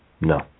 no